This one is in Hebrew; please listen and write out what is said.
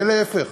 ולהפך.